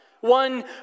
one